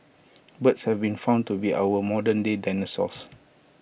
birds have been found to be our modernday dinosaurs